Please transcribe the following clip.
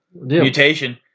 mutation